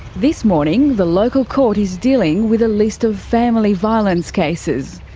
this morning, the local court is dealing with a list of family violence cases.